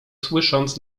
słysząc